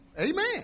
Amen